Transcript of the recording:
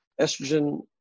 estrogen